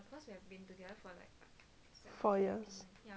four years